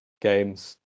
games